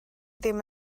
ddim